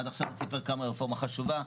עד עכשיו סיפר כמה הרפורמה חשובה.